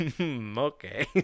Okay